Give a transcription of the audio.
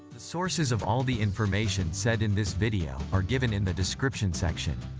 sources of all the information said in this video are given in the description section.